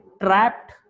trapped